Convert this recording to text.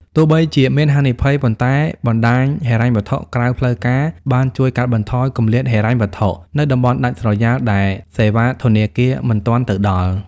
ទោះបីជាមានហានិភ័យ ប៉ុន្តែបណ្ដាញហិរញ្ញវត្ថុក្រៅផ្លូវការបានជួយកាត់បន្ថយ "គម្លាតហិរញ្ញវត្ថុ" នៅតំបន់ដាច់ស្រយាលដែលសេវាធនាគារមិនទាន់ទៅដល់។